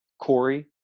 Corey